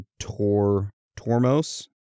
Tormos